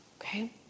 Okay